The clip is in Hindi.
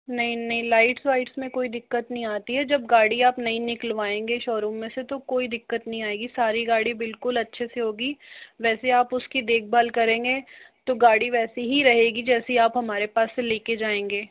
नहीं नहीं लाइट वाईट में कोई दिक्कत नहीं आती है जब गाड़ी आप नई निकलवाएंगे आप शोरूम से तो कोई दिक्कत नहीं आएगी सारी गाड़ी बिल्कुल अच्छे से होगी वैसे आप उसकी देख भाल करेंगे तो गाड़ी वैसे ही रहेगी जैसी आप हमारे पास से लेकर जाएंगे